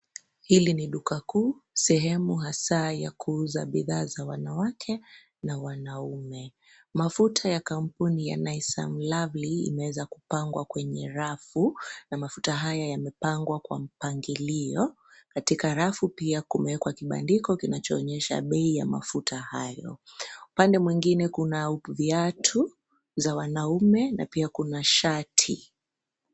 Hili ni dukakuu sehemu hasa ya kuuza bidhaa za wanawake na wanaume. Mafuta ya kampuni ya Nice and Lovely imeweza kupangwa kwenye rafu na mafuta hayo yamepangwa kwa mpangilio. Katika rafu pia kumewekwa kibandiko kinachoonyesha bei ya mafuta hayo. Upande mwingine kuna viatu za wanaume na pia kuna shati.